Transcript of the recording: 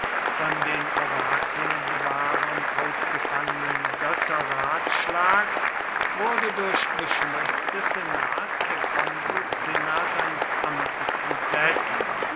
von den orakelbewahrern aufgefangenen götterratschlags wurde durch beschluß des senats der konsul cinna seines amtes entsetzt